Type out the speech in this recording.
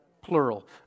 plural